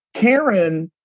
karen,